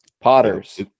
potters